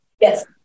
Yes